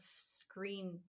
screen